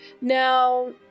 Now